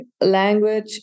language